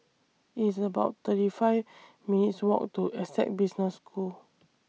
It's about thirty five minutes' Walk to Essec Business School